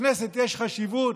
לכנסת יש חשיבות,